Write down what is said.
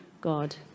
God